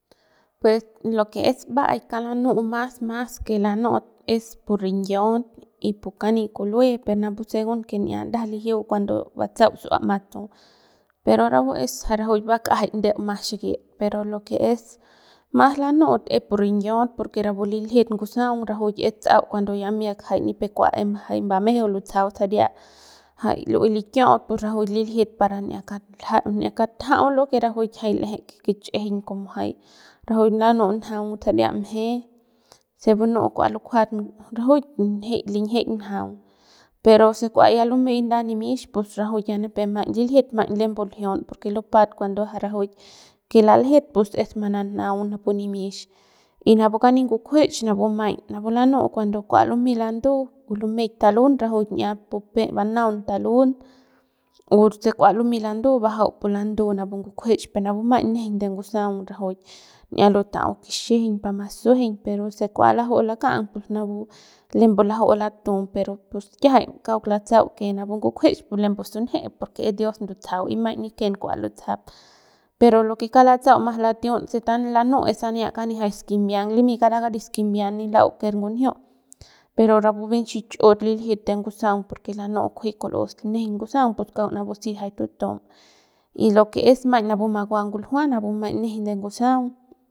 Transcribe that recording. Pues lo que es mba'aik kauk lanu'u mas mas ke lanu'ut es pu rinyiaut y pu kani kulue pe napu según que ni'ia ndajap lijiu cuando batsa'au su'ua matu pero rapu es jay rajuik bak'ajay ndeu mas xikit pero lo que mas lanu'ut es pu rinyiaut porque rapu liljit ngusaung rajuik es tsa'au cuando miak ya pep kua mbumejeu lutsajau saria jay lu'uey likiaut pu rajuik liljit para n'ia kal n'ia katjau rajuik jay l'eje kich'ijiñ rajuik lanu'u njaung saria mje se bunu kua lukjuat rajuik nji linjik njaung pero si kua ya lumey ndan nimix pus rajuik ya maiñ nipep liljit maiñ lembu ljiun porque lupat cuando rajuik que laljet pus es mananaun pu nimix y napu kani ngukjuech pus napu maiñ napu lanu'u cuando kua lumey landu lumeik talun arajuik ni'iat banaun talun o se kua lumey landu bajau pu landu pu ngukjuech pe napu maiñ nejeiñ de ngusaung rajuik ni'ia lutau kixijiñ pa ma sujueiñ pero se kua laju'u laka'ang pus napu lembu laju'u latu pero pus kiajay kauk latsa'au que napu ngukjuech pus lembu sunje porque es dios ndutsajau y maiñ y maiñ niken kua lutsajap pero lo que kauk latsa'au mas latiun se lanu'u es sania kani jay skimbiang limy kara kari skimbian nin lau ken ngunjiu pero rapu bien xichu'ut liljit de ngusaung porque lanu'u kunji kul'us ninjiñ ngusaung pus kaung napu si jay tutum y lo que es maiñ napu makua nguljua napu maiñ nejeiñ ngusaung.